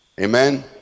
amen